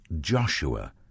Joshua